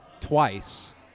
twice